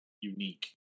unique